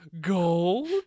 Gold